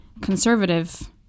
conservative